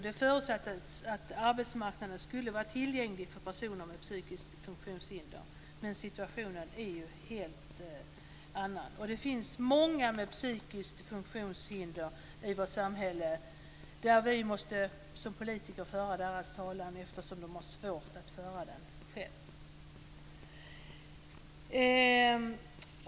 Det förutsattes att arbetsmarknaden skulle vara tillgänglig för personer med psykiska funktionshinder, men situationen är en helt annan. Det finns många med psykiska funktionshinder i vårt samhälle. Vi måste som politiker föra deras talan, eftersom de har svårt att föra den själv.